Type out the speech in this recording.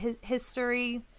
history